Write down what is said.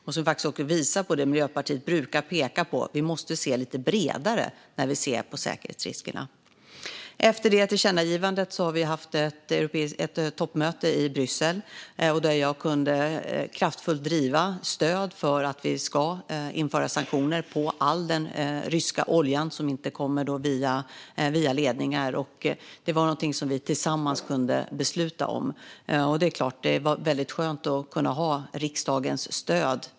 Det visar också på det som Miljöpartiet brukar peka på: att vi måste se lite bredare på säkerhetsriskerna. Efter tillkännagivandet har vi haft ett toppmöte i Bryssel. Där kunde jag kraftfullt driva på för ett införande av sanktioner på all den ryska olja som inte kommer via ledning, och detta kunde vi tillsammans besluta om. Då var det skönt att ha riksdagens stöd.